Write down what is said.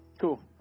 Cool